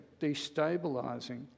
destabilizing